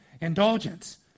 Indulgence